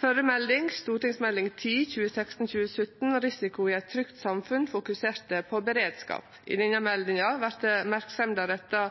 melding, Meld. St. 10 for 2016–2017, Risiko i eit trygt samfunn, fokuserte på beredskap. I denne meldinga vert merksemda retta